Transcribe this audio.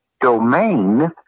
domain